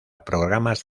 programas